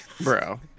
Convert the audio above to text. Bro